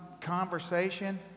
conversation